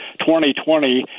2020